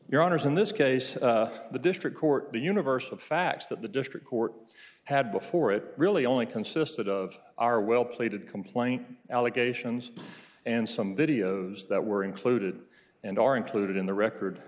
your honors in this case the district court the universe of facts that the district court had before it really only consisted of our well plated complaint allegations and some videos that were included and are included in the record